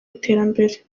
iterambere